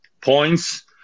points